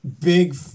big